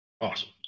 Awesome